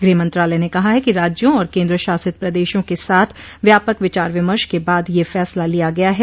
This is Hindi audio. गृह मंत्रालय ने कहा है कि राज्यों और केन्द्रशासित प्रदेशों के साथ व्यापक विचार विमर्श क बाद यह फैसला लिया गया है